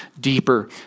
deeper